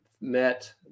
Met